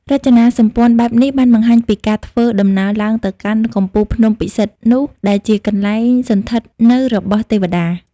រចនាសម្ព័ន្ធបែបនេះបានបង្ហាញពីការធ្វើដំណើរឡើងទៅកាន់កំពូលភ្នំពិសិដ្ឋនោះដែលជាកន្លែងសណ្ឋិតនៅរបស់ទេវតា។